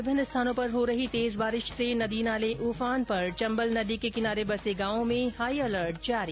विभिन्न स्थानों पर हो रही तेज बारिश से नदी नाले उफान पर चम्बल नदी के किनारे बसे गांवों में हाई अलर्ट जारी